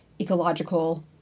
ecological